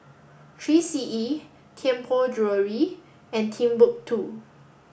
Three C E Tianpo Jewellery and Timbuk Two